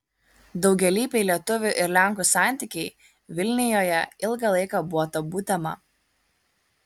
daugialypiai lietuvių ir lenkų santykiai vilnijoje ilgą laiką buvo tabu tema